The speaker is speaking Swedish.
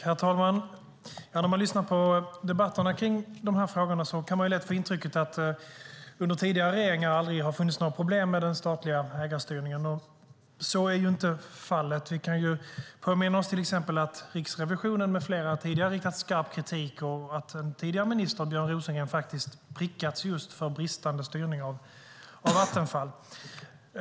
Herr talman! När man lyssnar på debatterna kring de här frågorna kan man lätt få intrycket att det under tidigare regeringar aldrig har funnits något problem med den statliga ägarstyrningen, och så är ju inte fallet. Vi kan till exempel påminna oss om att Riksrevisionen med flera tidigare riktat skarp kritik och att den tidigare ministern Björn Rosengren faktiskt prickats just för bristande styrning av Vattenfall.